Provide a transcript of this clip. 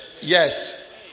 Yes